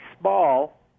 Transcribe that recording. small